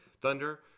thunder